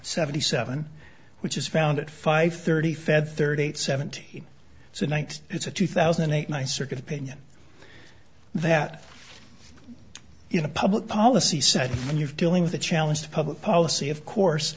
seventy seven which is found at five thirty fed thirty eight seventy so night it's a two thousand and eight one circuit opinion that you know public policy said when you're dealing with a challenge to public policy of course